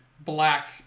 black